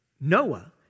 Noah